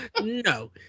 No